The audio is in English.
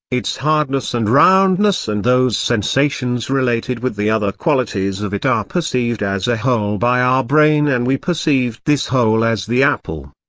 its hardness and roundness and those sensations related with the other qualities of it are perceived as a whole by our brain and we perceive this whole as the apple.